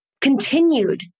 continued